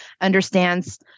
understands